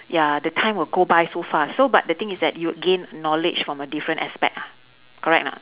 ya the time will go by so fast so but the thing is that you gain knowledge from a different aspect ah correct or not